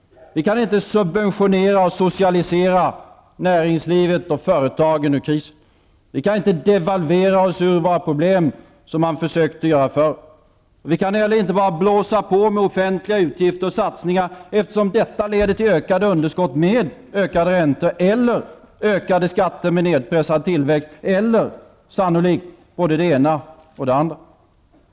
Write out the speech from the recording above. Vi kan inte subventionera och socialisera näringslivet och företagen ur krisen. Vi kan inte devalvera oss ur våra problem, vilket man har försökt göra tidigare. Vi kan inte heller bara blåsa på med offentliga utgifter och satsningar, eftersom detta leder till ökade underskott med ökade räntor eller ökade skatter med nedpressad tillväxt, och sannolikt till både det ena och det andra.